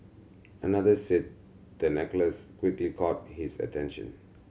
another said the necklace quickly caught his attention